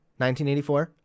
1984